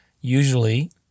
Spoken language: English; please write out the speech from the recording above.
usually